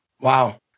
Wow